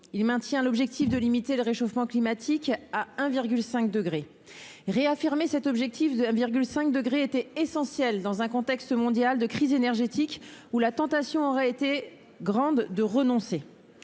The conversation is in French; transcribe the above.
il maintient l'objectif de limiter le réchauffement climatique à 1,5 degré. Réaffirmer cet objectif était nécessaire dans un contexte mondial de crise énergétique où la tentation aura été grande de renoncer.